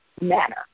manner